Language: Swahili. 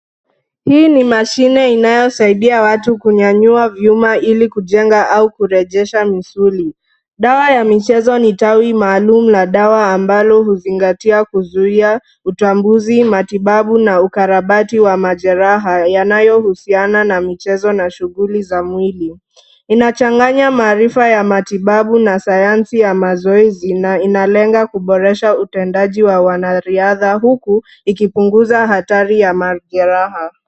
Hii nimamshine inayosaidia watu kunyanyua vyuma ili kujenga au kurejesha misuli. Dawa ya michezo ni tawi maalum na dawa ambalo huzingatia kuzuia utambuzi matibabu na ukarabati wa majeraha yanayo husiana na michezo na shughuli za mwili. Inachanganya maarifa ya matibabu na ya sanyansi ya mazoezi na inalenga kuboresha utendaji wa wanariadha huku ikipunguza hatari ya majeraha.